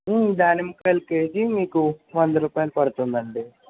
దానిమ్మకాయలు కేజీ మీకు వంద రూపాయలు పడుతుంది అండి